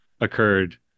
occurred